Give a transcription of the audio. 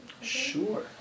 Sure